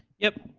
yep.